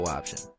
option